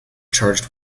charged